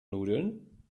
nudeln